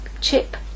Chip